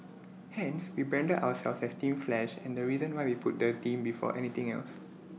hence we branded ourselves as team flash and the reason why we put the team before anything else